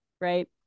right